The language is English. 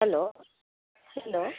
hello hello